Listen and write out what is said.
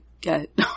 get